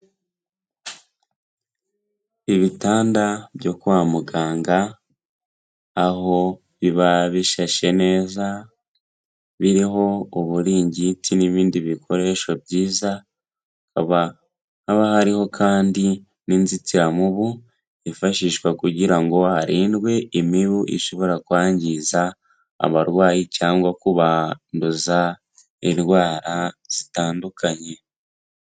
Ibitanda byo kwa muganga, aho biba bishashe neza, biriho uburingiti n'ibindi bikoresho byiza, hakaba haba hariho kandi n'inzitiramubu yifashishwa kugira ngo harindwe imibu ishobora kwangiza abarwayi cyangwa kubanduza indwara zitandukanye.